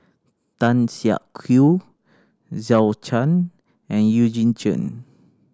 Tan Siak Kew Zhou Can and Eugene Chen